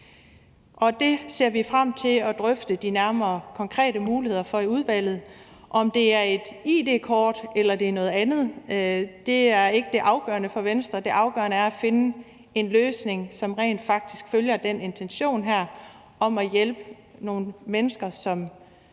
det ser vi frem til at drøfte de nærmere konkrete muligheder for i udvalget. Om det er et id-kort, eller om det er noget, er ikke det afgørende for Venstre. Det afgørende er at finde en løsning, som rent faktisk følger den intention her om at hjælpe nogle mennesker,